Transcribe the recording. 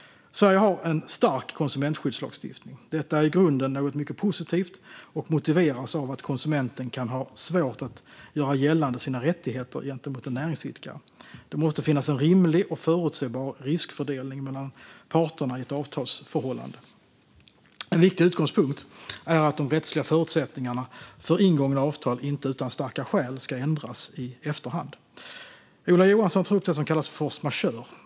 Sverige har en stark konsumentskyddslagstiftning. Detta är i grunden något mycket positivt och motiveras av att konsumenten kan ha svårt att göra gällande sina rättigheter gentemot en näringsidkare. Det måste finnas en rimlig och förutsebar riskfördelning mellan parterna i ett avtalsförhållande. En viktig utgångspunkt är att de rättsliga förutsättningarna för ingångna avtal inte utan starka skäl ska ändras i efterhand. Ola Johansson tar upp det som kallas force majeure.